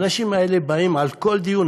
האנשים האלה באים לכל דיון,